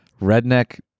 redneck